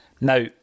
Now